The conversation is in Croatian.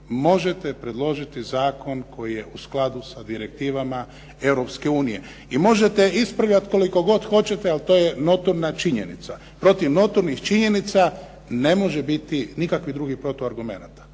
Možete predložiti zakon koji je u skladu sa direktivama Europske unije i možete ispravljati koliko god hoćete, ali to je notorna činjenica. Protiv notornih činjenica ne može biti nikakvih drugih protuargumenata.